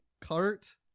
cart